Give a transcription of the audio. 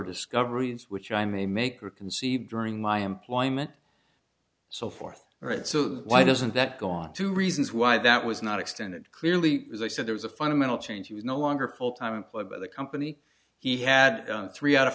discoveries which i may make or conceived during my employment so forth right so the why doesn't that go on to reasons why that was not extended clearly as i said there was a fundamental change he was no longer full time employed by the company he had three out of